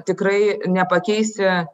tikrai nepakeisi